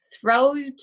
throw